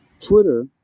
Twitter